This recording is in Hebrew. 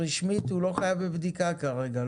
רשמית הוא לא חייב בבדיקה כרגע,